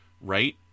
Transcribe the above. Right